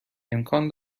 امکان